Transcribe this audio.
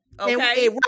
okay